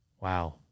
wow